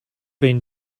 been